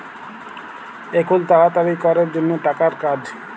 এখুল তাড়াতাড়ি ক্যরের জনহ টাকার কাজ